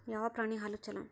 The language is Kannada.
ಯಾವ ಪ್ರಾಣಿ ಹಾಲು ಛಲೋ?